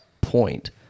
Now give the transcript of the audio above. point